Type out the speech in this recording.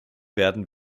werden